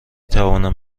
توانم